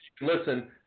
Listen